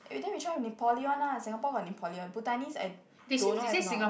eh then we try Nepali one lah Singapore got Nepali Bhutanese I don't know have or not but